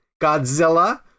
Godzilla